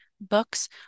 books